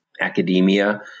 academia